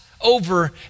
over